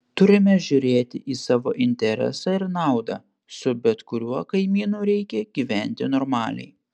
turime žiūrėti į savo interesą ir naudą su bet kuriuo kaimynu reikia gyventi normaliai